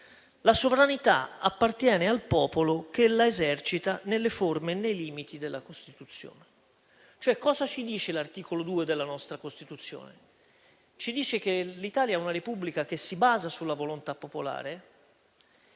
«La sovranità appartiene al popolo, che la esercita nelle forme e nei limiti della Costituzione». Cosa ci dice l'articolo 2 della nostra Costituzione? Ci dice che l'Italia è una Repubblica che si basa sulla volontà popolare,